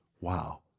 Wow